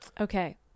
Okay